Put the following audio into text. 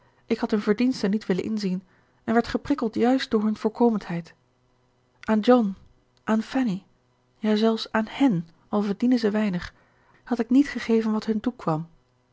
ik had hun verdiensten niet willen inzien en werd geprikkeld juist door hun voorkomendheid aan john aan fanny ja zelfs aan hen al verdienen ze weinig had ik niet gegeven wat hun toekwam